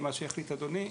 מה שיחליט אדוני.